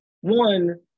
one